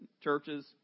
churches